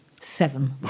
seven